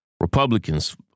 Republicans